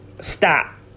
stop